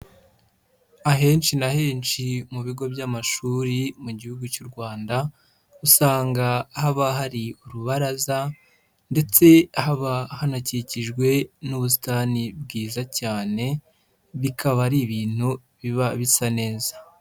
Ahenshi na henshi mu bigo by'amashuri mu Gihugu cy'u Rwanda, usanga haba hari urubaraza ndetse haba hanakikijwe n'ubusitani bwiza cyane, bikaba ari ibintu biba bisa neza.